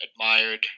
admired